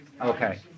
Okay